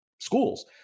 schools